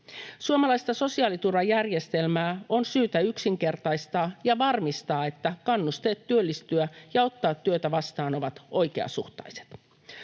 Suomalaista sosiaaliturvajärjestelmää on syytä yksinkertaistaa ja varmistaa, että kannusteet työllistyä ja ottaa työtä vastaan ovat oikeasuhtaiset.